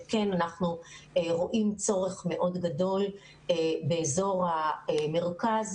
שאנחנו רואים צורך מאוד גדול באזור המרכז,